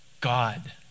God